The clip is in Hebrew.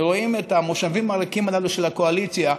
ורואים את המושבים הריקים הללו של הקואליציה,